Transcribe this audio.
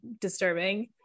disturbing